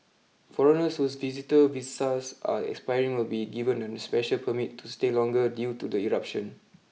foreigners whose visitor visas are expiring will be given a special permit to stay longer due to the eruption